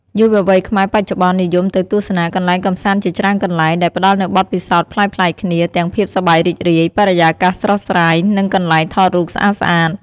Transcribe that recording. យុវវ័យខ្មែរបច្ចុប្បន្ននិយមទៅទស្សនាកន្លែងកម្សាន្តជាច្រើនកន្លែង ដែលផ្ដល់នូវបទពិសោធន៍ប្លែកៗគ្នា ទាំងភាពសប្បាយរីករាយ បរិយាកាសស្រស់ស្រាយ និងកន្លែងថតរូបស្អាតៗ។